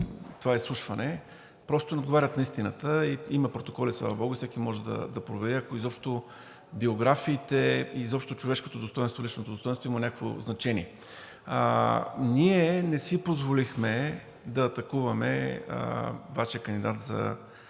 това изслушване, просто не отговарят на истината – има протоколи, слава богу, всеки може да провери, ако изобщо биографиите и човешкото достойнство, личното достойнство, имат някакво значение. Ние не си позволихме да атакуваме Вашия кандидат за